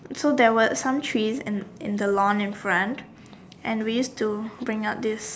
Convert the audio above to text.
so there were some trees in in the lawn in front and we used to bring out these